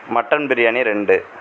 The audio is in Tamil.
மட்டன் பிரியாணி ரெண்டு